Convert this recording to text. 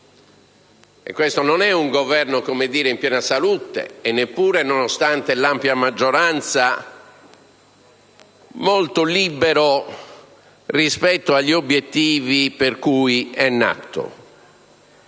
in carica non è un Governo in piena salute, e neppure, nonostante l'ampia maggioranza, molto libero rispetto agli obiettivi per cui è nato.